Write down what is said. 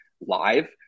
live